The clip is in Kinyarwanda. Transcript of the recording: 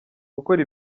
gukora